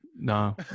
No